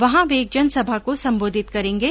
वहां वे एक जनसभा को संबोधित करेंगे